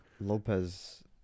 Lopez